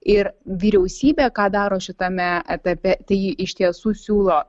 ir vyriausybė ką daro šitame etape tai ji iš tiesų siūlo